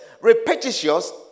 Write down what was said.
repetitious